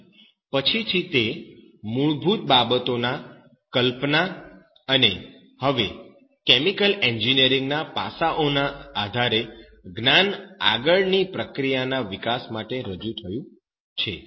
અને પછીથી તે મૂળભૂત બાબતોની કલ્પના અને હવે કેમિકલ એન્જિનિયરીંગના આ પાસાઓના આધારે જ્ઞાન આગળની પ્રક્રિયાના વિકાસ માટે રજૂ થયું છે